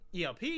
ELP